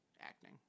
acting